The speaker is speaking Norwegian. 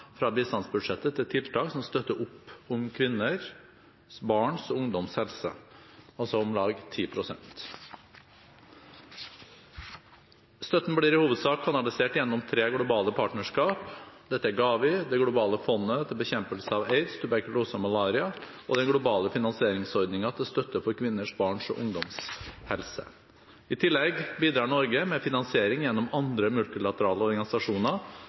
fra bistandsbudsjettet til tiltak som støtter opp om kvinners, barns og ungdoms helse, altså om lag 10 pst. Støtten blir i hovedsak kanalisert gjennom tre globale partnerskap. Dette er GAVI, Det globale fondet for bekjempelse av aids, tuberkulose og malaria og Den globale finansieringsordningen til støtte for kvinners, barns og ungdoms helse. I tillegg bidrar Norge med finansiering gjennom andre multilaterale organisasjoner,